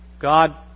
God